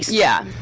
yeah,